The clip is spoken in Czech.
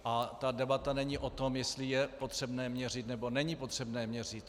A ta debata není o tom, jestli je potřebné měřit, nebo není potřebné měřit.